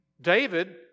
David